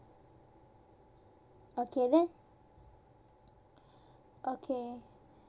okay then okay